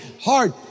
hard